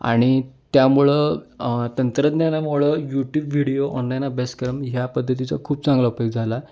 आणि त्यामुळं तंत्रज्ञानामुळं यूट्यूब व्हिडिओ ऑनलाईन अभ्यासक्रम ह्या पद्धतीचा खूप चांगला अपयोग झाला